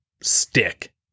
stick